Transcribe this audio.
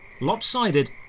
lopsided